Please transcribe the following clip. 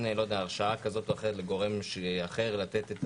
הרשאה כזאת או אחרת לגורם אחר לתת,